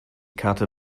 karte